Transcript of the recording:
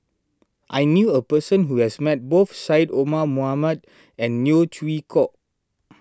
I knew a person who has met both Syed Omar Mohamed and Neo Chwee Kok